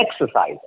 Exercise